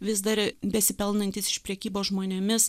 vis dar besipelnantys iš prekybos žmonėmis